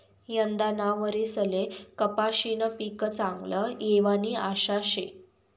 यंदाना वरीसले कपाशीनं पीक चांगलं येवानी आशा शे